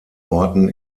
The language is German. orten